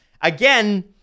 again